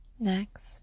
Next